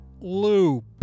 Loop